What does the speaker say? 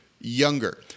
younger